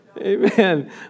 Amen